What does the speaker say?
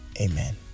Amen